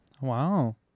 Wow